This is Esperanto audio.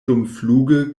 dumfluge